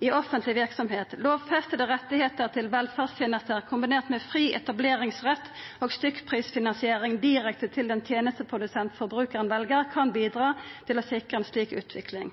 i offentlig virksomhet. Lovfestede rettigheter til velferdstjenester, kombinert med fri etableringsrett og stykkprisfinansiering direkte til den tjenesteprodusent forbrukeren velger, kan bidra til å sikre en slik utvikling.»